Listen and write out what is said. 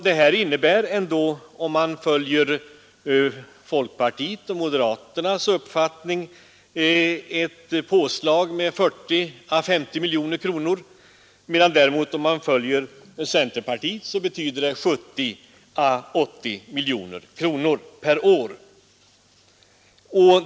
Det innebär ju ändå, om man följer folkpartiets och moderaternas förslag, ett påslag med 40 å 50 miljoner kronor, och om man följer centerpartiet 70 å 80 miljoner kronor per år.